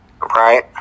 Right